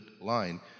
line